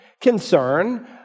concern